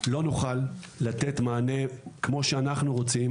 לא נוכל לתת מענה כמו שאנחנו רוצים